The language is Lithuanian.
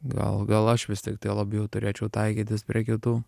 gal gal aš vis tik labiau turėčiau taikytis prie kitų